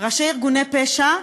ראשי ארגוני פשע,